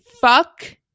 fuck